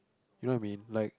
you know what I mean like